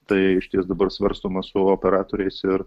tai išties dabar svarstoma su operatoriais ir